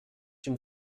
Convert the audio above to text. une